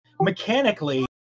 mechanically